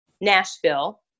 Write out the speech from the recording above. Nashville